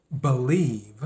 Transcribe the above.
believe